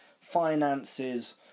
finances